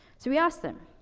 so we asked them,